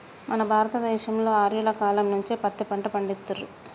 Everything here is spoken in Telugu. మన భారత దేశంలో ఆర్యుల కాలం నుంచే పత్తి పంట పండిత్తుర్రు